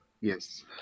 Yes